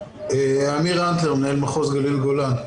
עמיר אנטלר, מנהל מחוז גליל גולן.